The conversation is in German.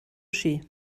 ski